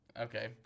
Okay